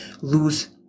lose